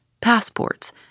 passports